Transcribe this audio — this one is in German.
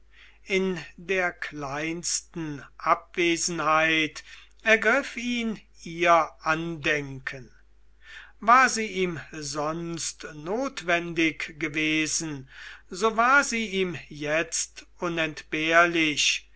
in der kleinsten abwesenheit ergriff ihn ihr andenken war sie ihm sonst notwendig gewesen sowar sie ihm jetzt unentbehrlich